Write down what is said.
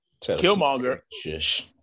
Killmonger